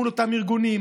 מול אותם ארגונים,